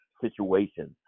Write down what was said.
situations